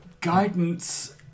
guidance